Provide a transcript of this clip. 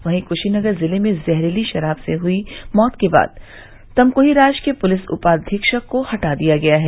वहीं कुशीनगर जिले में जहरीली शराब से हुई मौत के बाद तमकुहीराज के पुलिस उपाधीक्षक को हटा दिया है